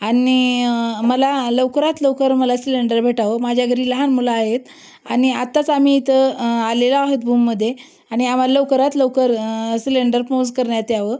आणि मला लवकरात लवकर मला सिलेंडर भेटावं माझ्या घरी लहान मुलं आहेत आणि आत्ताच आम्ही इथं आलेलो आहोत भूममध्ये आणि आम्हाला लवकरात लवकर सिलेंडर पोहोच करण्यात यावं